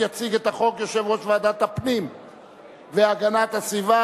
יציג את החוק יושב-ראש ועדת הפנים והגנת הסביבה,